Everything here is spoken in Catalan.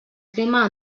crema